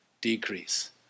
decrease